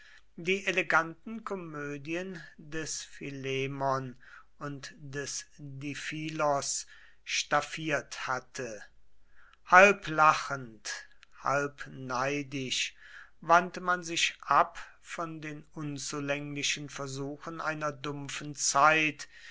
die eleganten komödien des philemon und des diphilos staffiert hatte halb lächelnd halb neidisch wandte man sich ab von den unzulänglichen versuchen einer dumpfen zeit